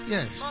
Yes